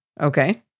Okay